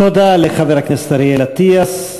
תודה לחבר הכנסת אריאל אטיאס,